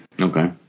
Okay